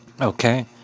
Okay